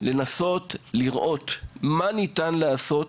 לשם כך, מה ניתן לעשות